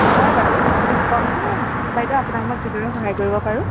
হয় বাৰু কওকচোন দেই বাইদেউ আপোনাক মই কিদৰে সহায় কৰিব পাৰোঁ